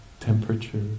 Temperature